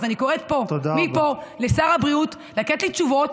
אז אני קוראת מפה לשר הבריאות לתת לי תשובות